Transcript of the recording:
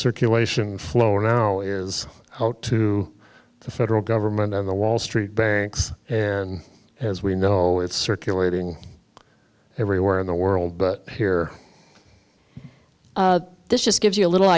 circulation flow now is how to the federal government and the wall street banks and as we know it's circulating everywhere in the world but here this just gives you a little